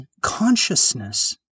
consciousness